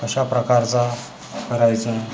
कशा प्रकारचा करायचा